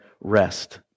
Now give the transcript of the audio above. rest